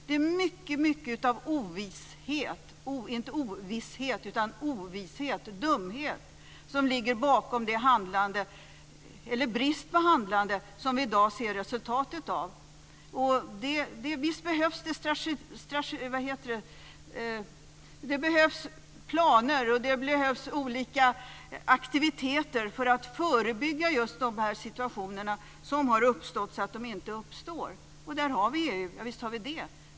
Det är mycket av ovishet, inte ovisshet, och dumhet som ligger bakom det handlande eller brist på handlande som vi i dag ser resultatet av. Visst behövs det planer och olika aktiviteter för att förebygga just dessa situationer som har uppstått så att de inte uppstår. Och där har vi EU, visst har vi det.